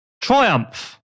Triumph